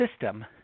system